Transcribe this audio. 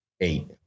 eight